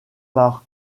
par